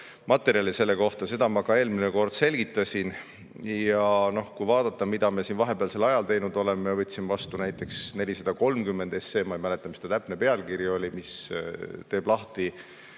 materjale selle kohta. Seda ma ka eelmine kord selgitasin. Ja kui vaadata, mida me siin vahepealsel ajal teinud oleme, siis me võtsime vastu näiteks 430 SE – ma ei mäleta, mis selle täpne pealkiri oli –, mis teeb lahti